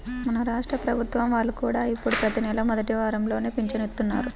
మన రాష్ట్ర ప్రభుత్వం వాళ్ళు కూడా ఇప్పుడు ప్రతి నెలా మొదటి వారంలోనే పింఛను ఇత్తన్నారు